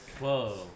Whoa